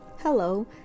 hello